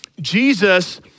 Jesus